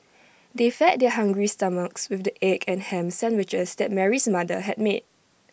they fed their hungry stomachs with the egg and Ham Sandwiches that Mary's mother had made